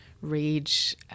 rage